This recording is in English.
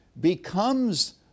becomes